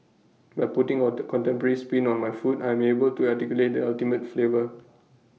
by putting contemporary spin on my food I am able to articulate the ultimate flavour